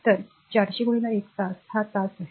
तर 400 1 तास हा तास आहे